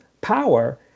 power